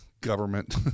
government